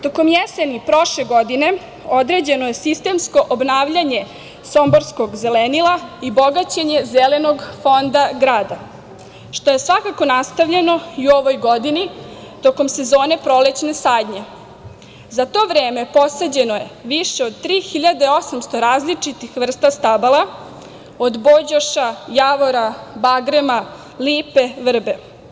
Tokom jeseni prošle godine određeno je sistemsko obnavljanje somborskog zelenila i bogaćenje zelenog fonda grada, što je svakako nastavljeno i u ovoj godini tokom sezone prolećne sadnje, a za to vreme posađeno je više od tri hiljade 800 različitih vrsta stabala, od bođoša, javora, bagrema, lipe i vrbe.